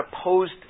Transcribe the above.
opposed